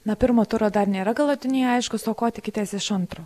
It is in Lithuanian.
na pirmo turo dar nėra galutiniai aiškūs o ko tikitės iš antro